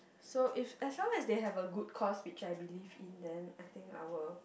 so if as long as they have a good cause which I believe in then I think I will